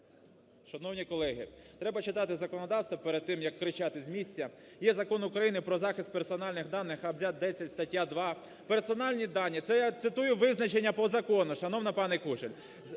Шановні колеги, треба читати законодавство перед тим, як кричати з місця. Є Закон України про захист персональних даних, абзац 10 стаття 2: персональні дані... Це я читаю визначення по закону, шановна пані Кужель.